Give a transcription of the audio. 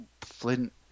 Flint